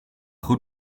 goed